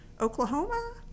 Oklahoma